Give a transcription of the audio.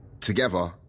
together